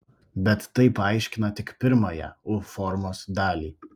bet tai paaiškina tik pirmąją u formos dalį